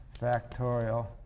factorial